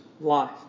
life